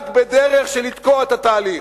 רק בדרך של לתקוע את התהליך.